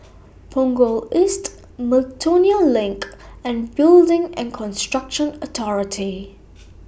Punggol East Miltonia LINK and Building and Construction Authority